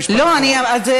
ואנחנו,